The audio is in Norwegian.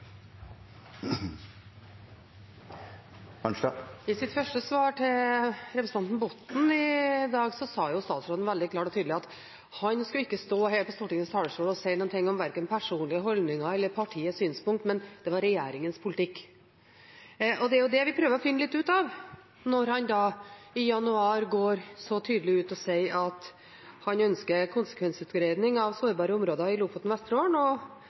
Arnstad – til oppfølgingsspørsmål. I sitt svar til representanten Botten i første spørsmål i dag sa statsråden veldig klart og tydelig at han ikke skulle stå her på Stortingets talerstol og si noe om verken personlige holdninger eller partiets synspunkter, men det var regjeringens politikk. Det er jo det vi prøver å finne litt ut av, når han i januar går så tydelig ut og sier at han ønsker konsekvensutredning av sårbare områder i Lofoten og Vesterålen, og